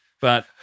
But-